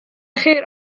خیر